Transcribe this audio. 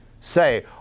say